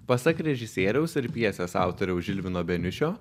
pasak režisieriaus ir pjesės autoriaus žilvino beniušio